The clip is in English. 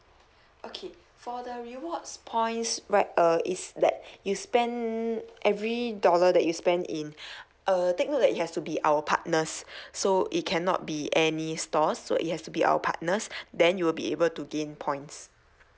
okay for the rewards points right uh is that you spend every dollar that you spend in uh take note that it has to be our partners so it cannot be any stores so it has to be our partners then you will be able to gain points